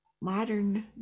modern